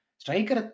striker